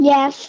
Yes